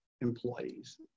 employees